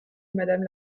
madame